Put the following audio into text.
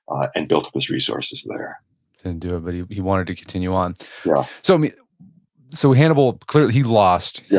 and built up his resources there didn't do it, but he he wanted to continue on yeah so yeah so hannibal clearly, he lost, yeah